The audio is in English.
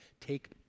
take